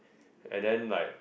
and then like